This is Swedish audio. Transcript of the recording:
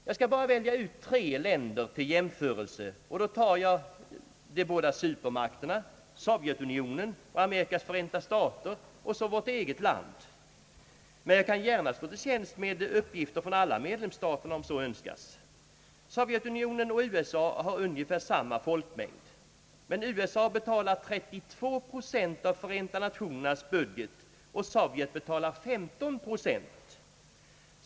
Jag skall bara välja ut tre länder till jämförelse, och då tar jag de båda supermakterna, Sovjetunionen och Amerikas förenta stater, och så vårt eget land, men jag kan gärna stå till tjänst med uppgifter från alla medlemsstater om så önskas. Sovjetunionen och USA har ungefär samma folkmängd, men USA betalar 32 procent av FN:s budget och Sovjet 15 procent.